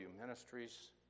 Ministries